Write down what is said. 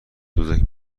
دزدکی